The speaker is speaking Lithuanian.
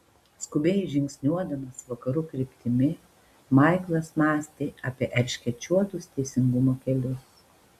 skubiai žingsniuodamas vakarų kryptimi maiklas mąstė apie erškėčiuotus teisingumo kelius